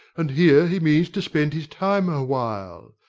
and here he means to spend his time awhile.